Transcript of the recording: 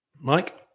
Mike